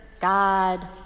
God